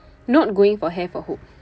not going for hair for hope